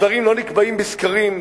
הדברים לא נקבעים בסקרים,